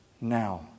now